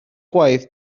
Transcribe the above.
gwaith